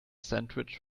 sandwich